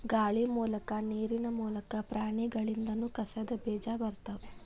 ಗಾಳಿ ಮೂಲಕಾ ನೇರಿನ ಮೂಲಕಾ, ಪ್ರಾಣಿಗಳಿಂದನು ಕಸದ ಬೇಜಾ ಬರತಾವ